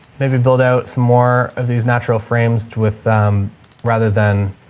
maybe build out some more of these natural frames with em rather than